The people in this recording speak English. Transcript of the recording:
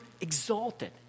exalted